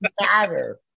matter